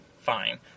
fine